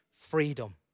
freedom